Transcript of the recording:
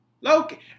Loki